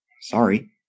Sorry